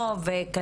אבל אני